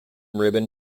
ribbon